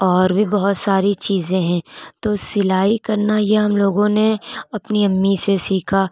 اور بھی بہت ساری چیزیں ہیں تو سلائی کرنا یہ ہم لوگوں نے اپنی امی سے سیکھا